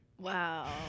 Wow